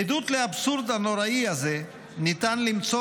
עדות לאבסורד הנוראי הזה ניתן למצוא